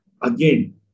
again